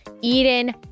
Eden